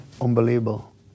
unbelievable